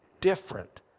different